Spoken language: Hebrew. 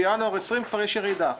בינואר 2020 כבר יש ירידה.